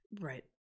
Right